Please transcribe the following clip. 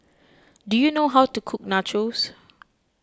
do you know how to cook Nachos